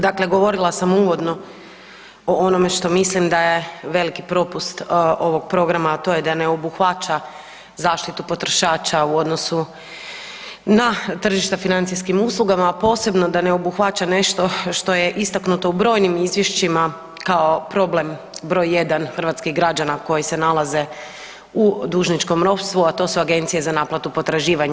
Dakle, govorila sam uvodno o onome što smislim da je veliki propust ovoga programa, a to je da ne obuhvaća zaštitu potrošača u odnosu na tržište financijskim uslugama, a posebno da ne obuhvaća nešto što je istaknuto u brojnim izvješćima kao problem broj jedan hrvatskih građana koji se nalaze u dužničkom ropstvu, a to su agencije za naplatu potraživanja.